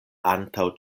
antaŭ